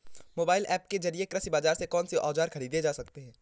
Mobile app के जरिए कृषि बाजार से कौन से औजार ख़रीदे जा सकते हैं?